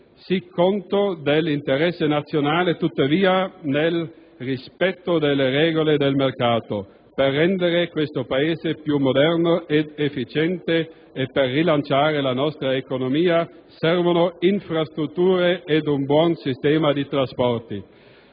conto dell'interesse nazionale, ma nel rispetto delle regole del mercato. Per rendere questo Paese più moderno ed efficiente e per rilanciare la nostra economia servono infrastrutture ed un buon sistema di trasporti.